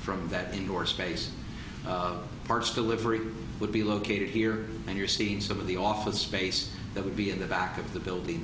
from that in your space parts delivery would be located here and you see some of the office space that would be in the back of the building